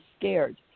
scared